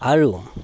আৰু